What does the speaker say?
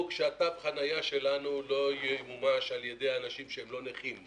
שתו החניה שלנו לא ימומש על ידי אנשים שהם לא נכים.